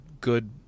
good